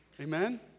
Amen